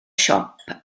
siop